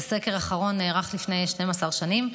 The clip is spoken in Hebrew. הסקר האחרון נערך לפני 12 שנים,